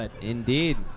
Indeed